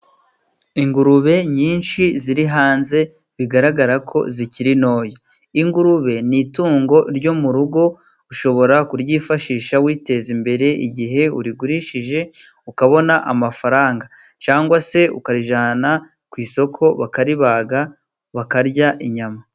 Ingurube nyinshi ziri hanze bigaragara ko zikiri ntoya, ingurube ni itungo ryo mu rugo, ushobora kuryifashisha witeza imbere, igihe urigurishije ukabona amafaranga, cyangwa se ukarijyana ku isoko bakaribaga bakarya inyama.